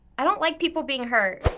i don't like people being hurt.